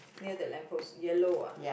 near the lamp post yellow ah